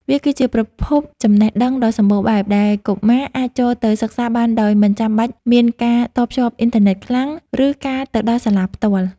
វាគឺជាប្រភពចំណេះដឹងដ៏សម្បូរបែបដែលកុមារអាចចូលទៅសិក្សាបានដោយមិនចាំបាច់មានការតភ្ជាប់អ៊ីនធឺណិតខ្លាំង ឬការទៅដល់សាលាផ្ទាល់។